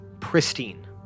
pristine